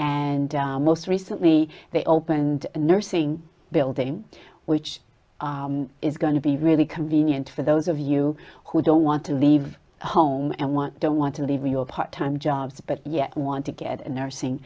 and most recently they opened a nursing building which is going to be really convenient for those of you who don't want to leave home and want don't want to leave your part time jobs but yet want to get a nursing